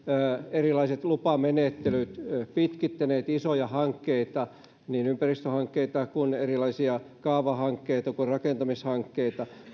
erilaiset lupamenettelyt pitkittäneet isoja hankkeita niin ympäristöhankkeita kuin erilaisia kaavahankkeita kuin rakentamishankkeita